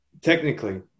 technically